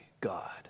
God